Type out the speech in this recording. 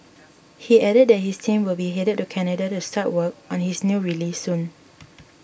he added that his team will be headed to Canada to start work on his new release soon